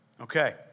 Okay